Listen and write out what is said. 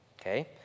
Okay